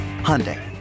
Hyundai